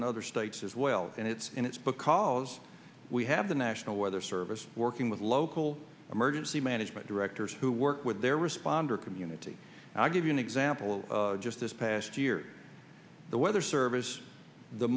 in other states as well and it's in its because we have the national weather service working with local emergency management directors who work with their responder community i'll give you an example just this past year the weather service the